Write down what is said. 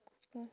google